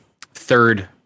third